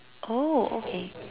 oh okay